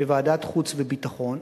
בוועדת החוץ והביטחון,